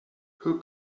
who